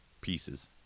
pieces